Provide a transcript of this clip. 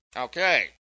Okay